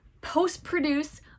post-produce